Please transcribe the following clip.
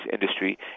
industry